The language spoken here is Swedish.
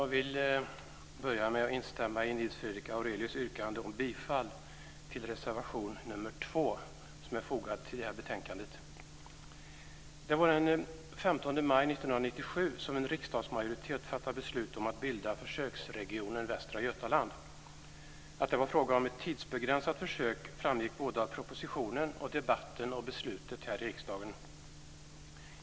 Fru talman! Jag vill börja med att instämma i Nils Att det var fråga om ett tidsbegränsat försök framgick både av propositionen och av debatten och beslutet här i riksdagen.